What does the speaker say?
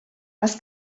els